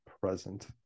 present